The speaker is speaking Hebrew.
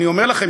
אני אומר לכם,